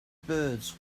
birds